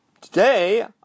Today